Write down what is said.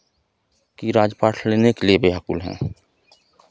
कि राजपाट लेने के लिए व्याकुल हैं